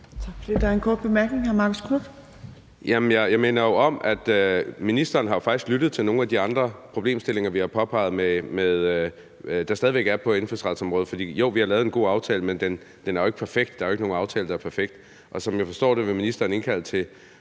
jeg minder jo om, at ministeren faktisk har lyttet til nogle af de andre problemstillinger, vi har påpeget der stadig væk er på indfødsretsområdet. Jo, vi har lavet en god aftale, men den er jo ikke perfekt. Der er jo ikke nogen aftale, der er perfekt. Og som jeg forstår det, vil ministeren indkalde til